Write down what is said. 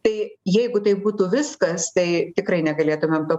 tai jeigu tai būtų viskas tai tikrai negalėtumėm to